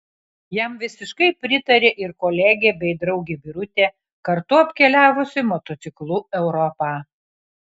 jam visiškai pritarė ir kolegė bei draugė birutė kartu apkeliavusi motociklu europą